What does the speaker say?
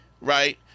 Right